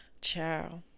Ciao